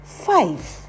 five